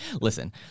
Listen